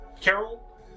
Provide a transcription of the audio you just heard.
Carol